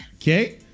Okay